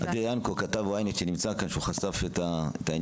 אדיר ינקו, כתב YNET שחשף את העניין.